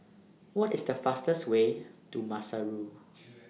What IS The fastest Way to Maseru